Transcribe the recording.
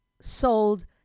sold